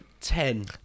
ten